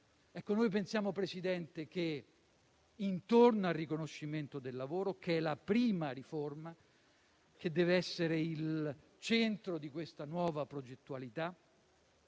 Noi pensiamo che intorno al riconoscimento del lavoro, che è la prima riforma e che deve essere il centro di questa nuova progettualità,